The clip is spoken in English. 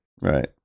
Right